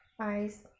eyes